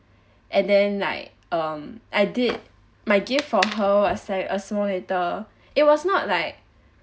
and then like um I did my gift for her was set it a small little it was not like